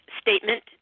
statement